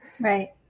Right